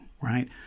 right